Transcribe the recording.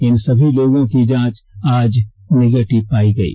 इन सभी लोगों की जांच आज नेगेटिव पायी गयी